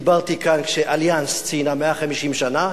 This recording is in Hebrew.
דיברתי כאן כש"אליאנס" ציינה 150 שנה,